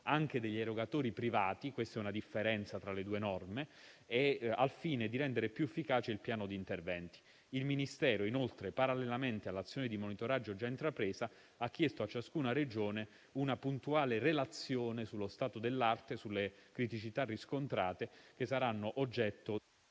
degli erogatori privati - questa è una differenza tra le due norme - al fine di rendere più efficace il piano di interventi. Il Ministero, inoltre, parallelamente all'azione di monitoraggio già intrapresa, ha chiesto a ciascuna Regione una puntuale relazione sullo stato dell'arte e sulle criticità riscontrate, che saranno oggetto